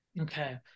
okay